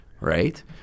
right